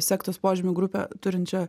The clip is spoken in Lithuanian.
sektos požymių grupę turinčią